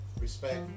respect